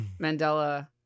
Mandela